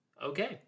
Okay